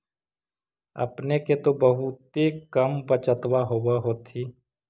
अपने के तो बहुते कम बचतबा होब होथिं?